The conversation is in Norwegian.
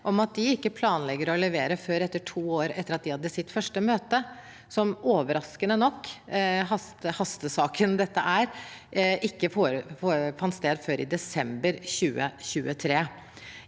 om at de ikke planlegger å levere før to år etter at de hadde sitt første møte, som overraskende nok – hastesaken dette er – ikke fant sted før i desember 2023.